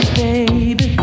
baby